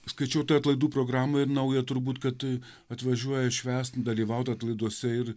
skaičiau tą atlaidų programą ir naują turbūt kad atvažiuoja švęst dalyvaut atlaiduose ir